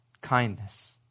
Kindness